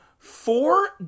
Four